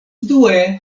due